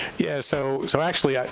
yeah, so so actually, ah